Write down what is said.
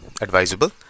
advisable